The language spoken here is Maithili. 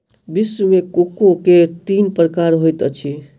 विश्व मे कोको के तीन प्रकार होइत अछि